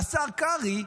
והשר קרעי,